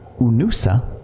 unusa